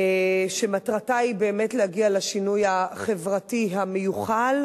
שמטרתה היא באמת להגיע לשינוי החברתי המיוחל.